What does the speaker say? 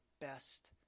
best